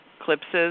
eclipses